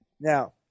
Now